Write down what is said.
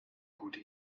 gute